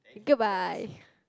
goodbye